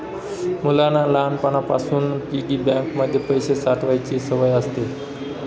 मुलांना लहानपणापासून piggy bank मध्ये पैसे साठवायची सवय असते